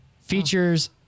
features